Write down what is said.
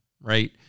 right